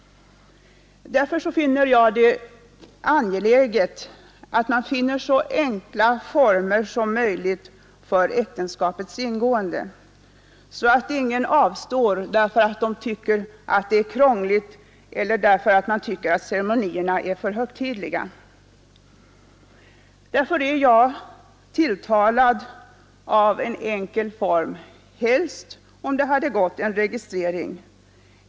Därför finner jag det angeläget att man finner så enkla former som möjligt för äktenskapets ingående, så att ingen avstår därför att man tycker att det är krångligt och därför att ceremonierna är för högtidliga. Jag är tilltalad av en enkel form — helst en registrering om det hade gått.